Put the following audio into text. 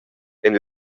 ein